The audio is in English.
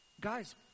Guys